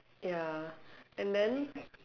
ya and then